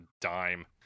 dime